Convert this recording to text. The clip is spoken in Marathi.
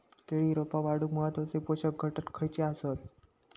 केळी रोपा वाढूक महत्वाचे पोषक घटक खयचे आसत?